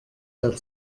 der